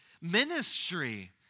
Ministry